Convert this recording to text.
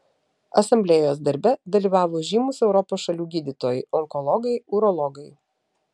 asamblėjos darbe dalyvavo žymūs europos šalių gydytojai onkologai urologai